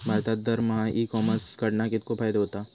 भारतात दरमहा e commerce कडणा कितको फायदो होता?